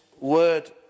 word